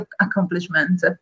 accomplishment